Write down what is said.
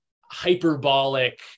hyperbolic